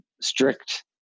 strict